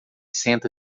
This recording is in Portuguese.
senta